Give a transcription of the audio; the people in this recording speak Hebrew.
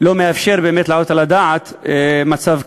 לא מאפשר באמת להעלות על הדעת מצב כזה.